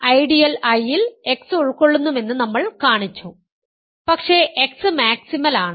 ideal I ൽ X ഉൾക്കൊള്ളുന്നുവെന്ന് നമ്മൾ കാണിച്ചു പക്ഷേ X മാക്സിമൽ ആണ്